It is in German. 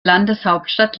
landeshauptstadt